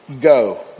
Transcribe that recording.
Go